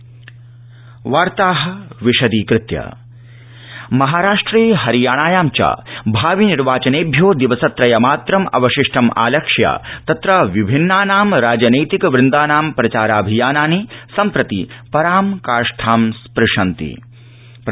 विधानसभा निर्वाचनानि महाराष्ट्रे हरियाणायां च भावि निर्वाचनेभ्यो दिवस त्रय मात्रम् अवशिष्टमालक्ष्य तत्र विभिन्नानां राजनैतिक वृन्दानां प्रचाराभियानानि सम्प्रति परां काष्ठां स्प्रशन्ति